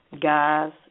Guys